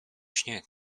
śnieg